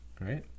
right